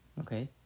okay